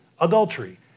adultery